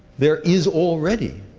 there is already